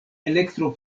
elektro